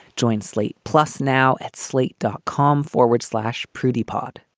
joint slate plus now at slate, dot com forward slash prudy pod